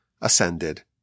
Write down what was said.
ascended